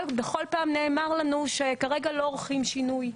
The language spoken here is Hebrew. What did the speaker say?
אבל בכל פעם נאמר לנו שכרגע לא עורכים שינוי,